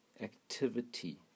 activity